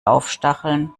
aufstacheln